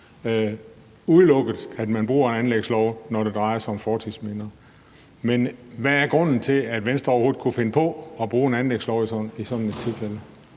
udelukket, at man bruger en anlægslov, når det drejer sig om fortidsminder. Men hvad er grunden til, at Venstre overhovedet kunne finde på at bruge en anlægslov i sådan et tilfælde?